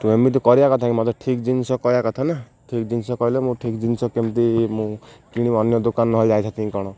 ତୁ ଏମିତି କରିବା କଥା କି ମୋତେ ଠିକ୍ ଜିନିଷ କରିବା କଥା ନା ଠିକ ଜିନିଷ କହିଲେ ମୁଁ ଠିକ୍ ଜିନିଷ କେମିତି ମୁଁ କିଣିବି ଅନ୍ୟ ଦୋକାନ ନହେଲେ ଯାଇଥାନ୍ତି କି କ'ଣ